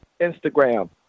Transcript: Instagram